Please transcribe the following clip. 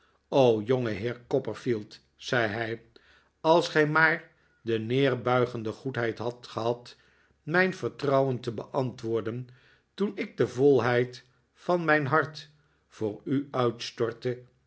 o jongeheer copperfield zei hij als gij maar de nederbuigende goedheid hadt gehad mijn vertrouwen te beantwoorden toen ik de volheid van mijn hart voor u uitstortte